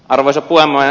arvoisa puhemies